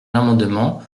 l’amendement